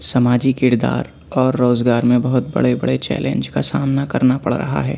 سماجی کردار اور روزگار میں بہت بڑے بڑے چیلنج کا سامنا کرنا پڑ رہا ہے